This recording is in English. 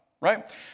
right